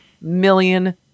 million